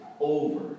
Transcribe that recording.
over